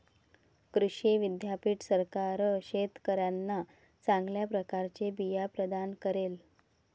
कृषी विद्यापीठ सरकार शेतकऱ्यांना चांगल्या प्रकारचे बिया प्रदान करेल